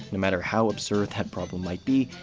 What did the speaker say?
no matter how absurd that problem might be,